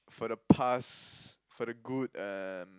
for the past for the good um